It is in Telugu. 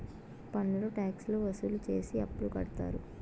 పన్నులు ట్యాక్స్ లు వసూలు చేసి అప్పులు కడతారు